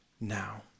now